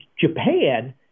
Japan –